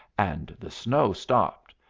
and the snow stopped.